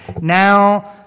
Now